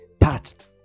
touched